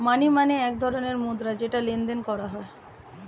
মানি মানে এক ধরণের মুদ্রা যেটা লেনদেন করা হয়